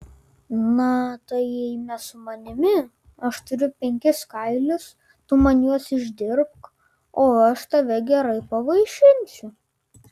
na tai eime su manimi aš turiu penkis kailius tu man juos išdirbk o aš tave gerai pavaišinsiu